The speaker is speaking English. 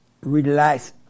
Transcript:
relax